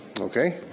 Okay